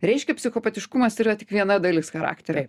reiškia psichologiškumas yra tik viena dalis charakterio